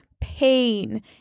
pain